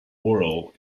oral